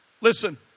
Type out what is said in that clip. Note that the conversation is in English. listen